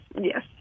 Yes